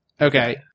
Okay